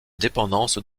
dépendances